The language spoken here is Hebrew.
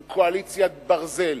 עם קואליציית ברזל,